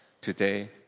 Today